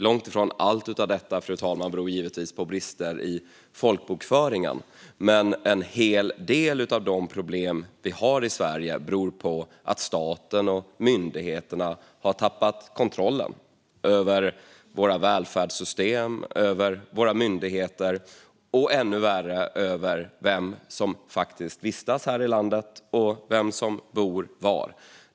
Långt ifrån allt detta beror på brister i folkbokföringen, men en hel del av de problem som finns i Sverige beror på att staten och myndigheterna har tappat kontrollen över våra välfärdssystem och myndigheter, och ännu värre över vem som faktiskt vistas i landet och vem som bor var.